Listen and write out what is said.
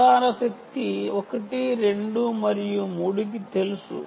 ప్రసార శక్తి 1 2 మరియు 3 కి తెలుసు